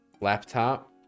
Laptop